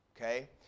okay